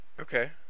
Okay